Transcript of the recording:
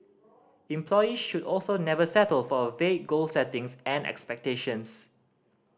employee should also never settle for vague goal settings and expectations